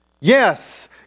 yes